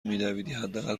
میدویدی، حداقل